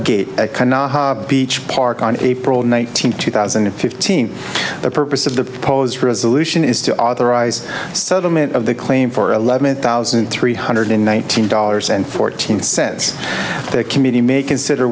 gate beach park on april nineteenth two thousand and fifteen the purpose of the proposed resolution is to authorize settlement of the claim for eleven thousand three hundred in one thousand dollars and fourteen cents the committee may consider